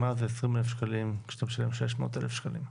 מה זה 20,000 כשאתה משלם 600,000 שקלים?